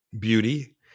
beauty